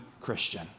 Christian